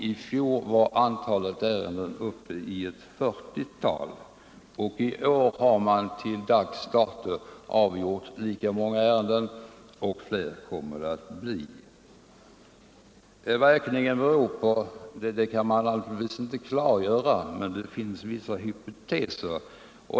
I fjol var antalet ärenden uppe i ett fyrtiotal. I år har man till dags dato avgjort lika många ärenden, och fler kommer det att bli. Vad ökningen beror på kan man naturligtvis inte klargöra, men det finns vissa hypoteser.